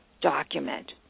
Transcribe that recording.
document